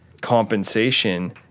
compensation